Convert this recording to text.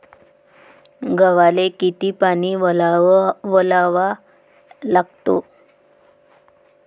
गव्हाले किती पानी वलवा लागते?